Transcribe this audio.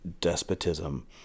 despotism